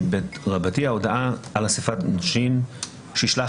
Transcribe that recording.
136יב.פרטי ההודעה ההודעה על אסיפת נושים שישלח